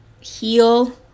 heal